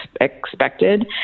expected